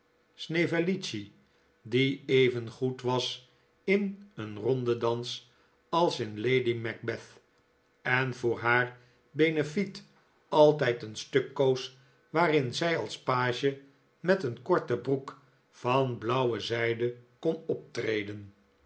juffrouw snevellicci die evengoed was in een rondedans als in lady macbeth en voor haar benefiet altijd een stuk koos waarin zij als page met een korte broek van blauwe zijde kon optreden